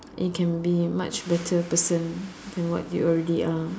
you can be much better person than what you already are